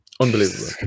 Unbelievable